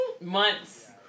months